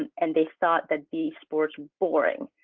and and they thought that the sport's boring.